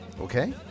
okay